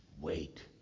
Wait